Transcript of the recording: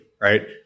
right